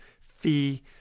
fee